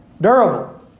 durable